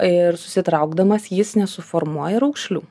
ir susitraukdamas jis nesuformuoja raukšlių